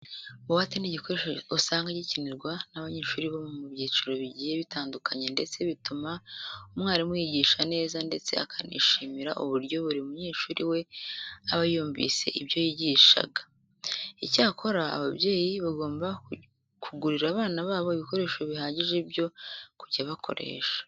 Buwate ni igikoresho usanga gikenerwa n'abanyeshuri bo mu byiciro bigiye bitandukanye ndetse bituma umwarimu yigisha neza ndetse akanishimira uburyo buri munyeshuri we aba yumvise ibyo yigishaga. Icyakora ababyeyi bagomba kugurira abana babo ibikoresho bihagije byo kujya bakoresha.